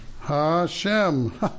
HaShem